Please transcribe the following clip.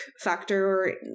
factor